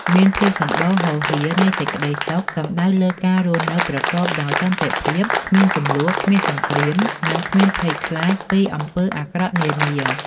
មានភាពសម្បូរហូរហៀរនៃសេចក្ដីសុខ សំដៅលលើការរស់នៅប្រកបដោយសន្តិភាព គ្មានជម្លោះ គ្មានសង្គ្រាម និងគ្មានភ័យខ្លាចពីអំពើអាក្រក់នានា។